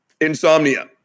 insomnia